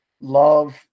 Love